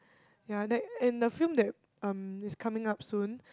ya that and the film that um is coming up soon